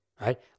right